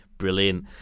brilliant